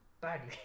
badly